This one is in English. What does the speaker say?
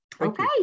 Okay